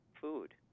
food